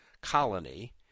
colony